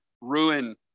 ruin